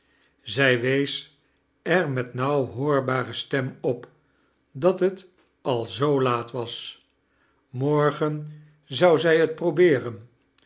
zij wees er met nauw hoorbare stem op dat t al zoo laat was morgen zou zij t probeeren